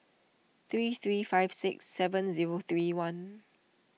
three three five six seven zero three one